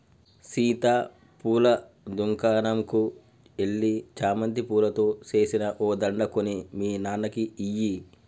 సీత పూల దుకనంకు ఎల్లి చామంతి పూలతో సేసిన ఓ దండ కొని మీ నాన్నకి ఇయ్యి